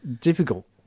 difficult